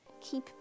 keep